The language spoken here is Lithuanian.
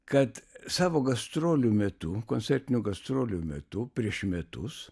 kad savo gastrolių metu koncertinių gastrolių metu prieš metus